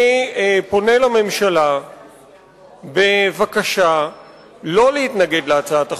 אני פונה לממשלה בבקשה לא להתנגד להצעת החוק.